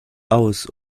aus